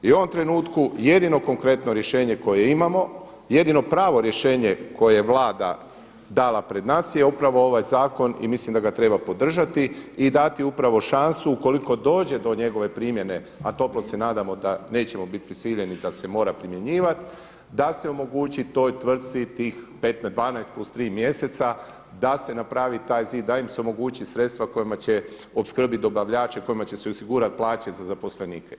I u ovom trenutku jedino konkretno rješenje koje imamo, jedino pravo rješenje koje je Vlada dala pred nas je upravo ovaj zakon i mislim da ga treba podržati i dati upravo šansu ukoliko dođe do njegove primjene a toplo se nadamo da nećemo biti prisiljeni da se mora primjenjivati da se omogući toj tvrtki, tih … 12+3 mjeseca, da se napravi taj zid, da im se omoguće sredstva kojima će opskrbiti dobavljače, kojima će se osigurati plaće za zaposlenike.